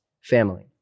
family